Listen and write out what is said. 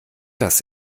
das